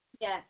Yes